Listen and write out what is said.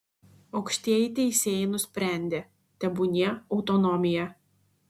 aukštieji teisėjai nusprendė tebūnie autonomija